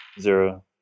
Zero